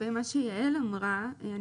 דניאלי אמרה.